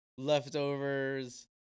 leftovers